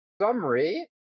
Summary